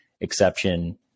exception